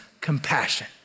compassion